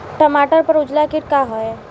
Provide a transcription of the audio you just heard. टमाटर पर उजला किट का है?